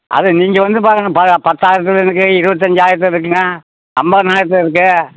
அது நீங்கள் வந்து பாருங்கள் ப பத்தாயிரத்தில் இருக்கு இருபத்தஞ்சாயிரத்துல இருக்குங்க ஐம்பதனாயிரத்துல இருக்கு